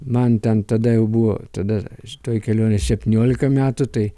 man ten tada jau buvo tada toje kelionėj septyniolika metų tai